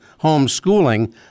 homeschooling